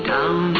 Down